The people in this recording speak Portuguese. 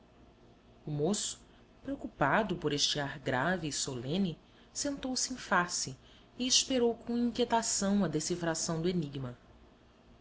o moço preocupado por este ar grave e solene sentou-se em face e esperou com inquietação a decifração do enigma